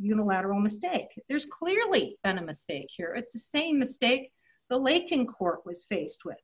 human lateral mistake there's clearly been a mistake here it's the same mistake the lake in court was faced with